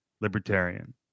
libertarian